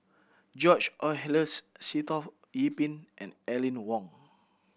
George Oehlers Sitoh Yih Pin and Aline Wong